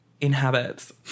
inhabits